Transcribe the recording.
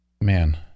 Man